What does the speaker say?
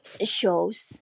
shows